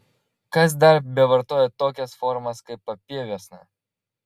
kas dar bevartoja tokias formas kaip papieviuosna